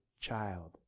child